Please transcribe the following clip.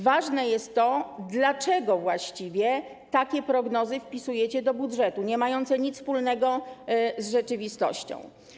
Ważne jest to, dlaczego właściwie takie prognozy wpisujecie do budżetu, niemające nic wspólnego z rzeczywistością.